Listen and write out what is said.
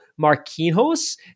Marquinhos